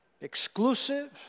exclusive